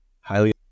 highly